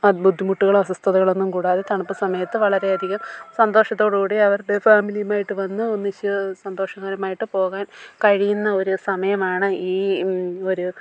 ആ ബുദ്ധിമുട്ടുകളോ അസ്വസ്ഥതകളൊന്നും കൂടാതെ തണുപ്പ് സമയത്ത് വളരെയധികം സന്തോഷത്തോടു കൂടി അവരുടെ ഫാമിലിയുമായിട്ട് വന്ന് ഒന്നിച്ച് സന്തോഷകരമായിട്ട് പോകാൻ കഴിയുന്ന ഒരു സമയമാണ് ഈ ഒരു